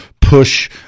push